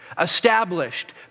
established